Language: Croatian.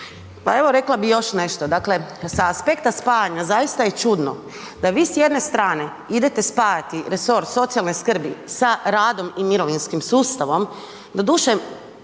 Pa evo rekla bi još nešto. Dakle, sa aspekta spajanja zaista je čudno da vi s jedne strane idete spajati resor socijalne skrbi sa radom i mirovinskim sustavom, doduše,